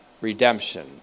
redemption